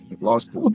lost